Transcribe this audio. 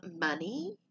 money